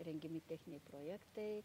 rengiami techniai projektai